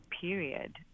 period